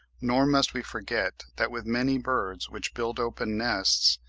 nor must we forget that with many birds which build open nests,